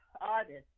artist